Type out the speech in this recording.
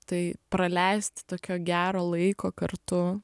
tai praleist tokio gero laiko kartu